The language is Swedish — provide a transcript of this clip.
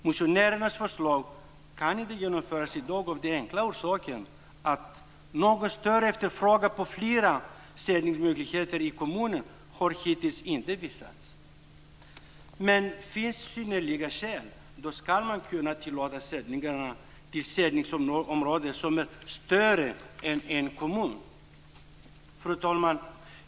Motionärernas förslag kan inte genomföras i dag av följande enkla skäl: "Någon större efterfrågan på flera sändningsmöjligheter i en kommun har hittills inte visats." Finns det synnerliga skäl skall man dock kunna tillåta sändningar till sändningsområden som är större än en kommun. Fru talman!